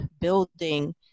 building